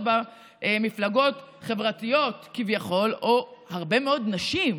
בה מפלגות 'חברתיות' כביכול" או הרבה מאוד נשים,